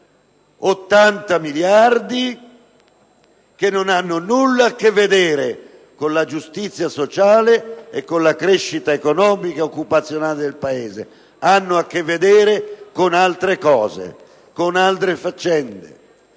(80 miliardi) non ha nulla a che vedere con la giustizia sociale e con la crescita economica e occupazionale del Paese, ma ha a che vedere con altre cose, con altre faccende.